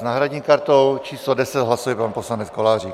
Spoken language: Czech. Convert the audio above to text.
S náhradní kartou číslo 10 hlasuje pan poslanec Kolářík.